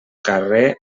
carrer